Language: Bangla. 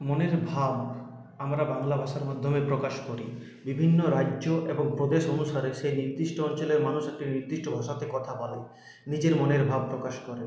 মনের ভাব আমরা বাংলা ভাষার মাধ্যমে প্রকাশ করি বিভিন্ন রাজ্য এবং প্রদেশ অনুসারে সেই নির্দিষ্ট অঞ্চলের মানুষ একটি নির্দিষ্ট ভাষাতে কথা বলে নিজের মনের ভাব প্রকাশ করে